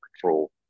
control